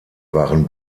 waren